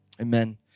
amen